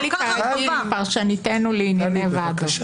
פרשניתנו לענייני ועדות.